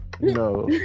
No